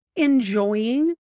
enjoying